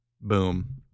boom